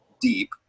deep